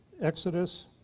Exodus